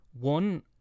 one